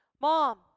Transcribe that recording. Mom